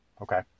okay